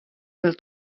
byl